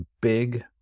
big